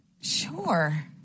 Sure